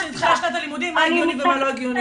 שמתחילה שנת הלימודים על מה הגיוני ומה לא הגיוני.